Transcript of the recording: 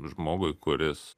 žmogui kuris